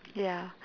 ya